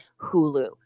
Hulu